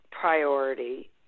priority